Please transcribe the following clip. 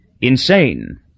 insane